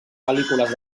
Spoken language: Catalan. pel·lícules